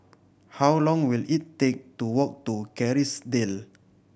how long will it take to walk to Kerrisdale